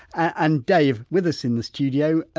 and dave, with us in the studio,